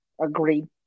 Agreed